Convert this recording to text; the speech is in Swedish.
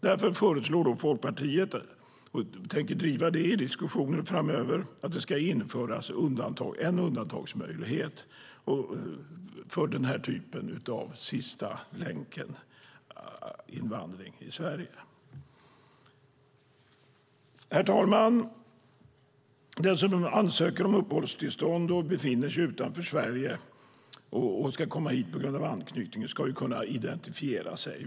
Därför föreslår Folkpartiet, och tänker driva det i diskussionen framöver, att det införs en undantagsmöjlighet för den typen av sista-länken-invandring till Sverige. Herr talman! Den som ansöker om uppehållstillstånd och befinner sig utanför Sverige, och vill komma hit på grund av anknytning, ska kunna identifiera sig.